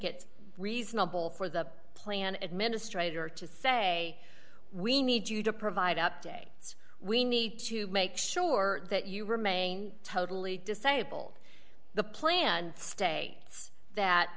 it's reasonable for the plan administrator to say we need you to provide updates we need to make sure that you remain totally disabled the planned stay that